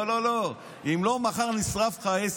לא, לא, לא, אם לא, מחר נשרף לך העסק.